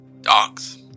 dogs